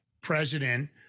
president